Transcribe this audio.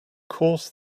course